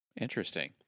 Interesting